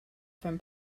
from